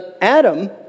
Adam